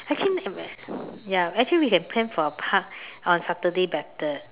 actually make and rest ya actually we can plan for a Park on Saturday better